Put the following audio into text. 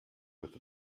with